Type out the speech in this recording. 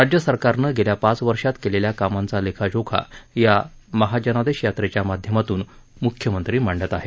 राज्यसरकारनं गेल्या पाच वर्षात केलेल्या कामांचा लेखा जोखा या महाजनादेश यात्रेच्या माध्यमातून मुख्यमंत्री मांडत आहेत